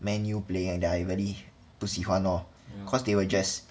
Man U playing that I really 不喜欢 lor cos they were just